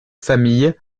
famille